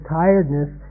tiredness